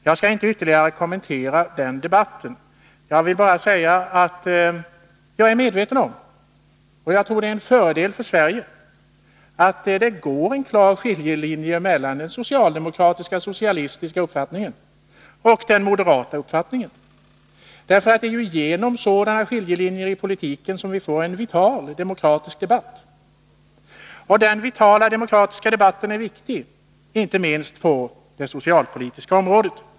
Jag skall inte ytterligare kommentera detta utan vill bara säga att jag är medveten om att det går en klar skiljelinje — och jag tror att detta är en fördel för Sverige — mellan den socialdemokratiska och socialistiska uppfattningen å ena sidan och den moderata å den andra. Det är ju på grund av sådana skiljelinjer i politiken som vi får en vital demokratisk debatt. Och den vitala demokratiska debatten är viktig på inte minst det socialpolitiska området.